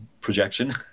Projection